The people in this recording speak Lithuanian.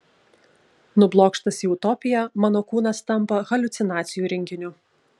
nublokštas į utopiją mano kūnas tampa haliucinacijų rinkiniu